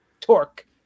Torque